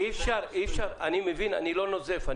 אני לא נוזף.